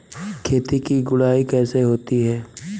खेत की गुड़ाई कैसे होती हैं?